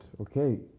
okay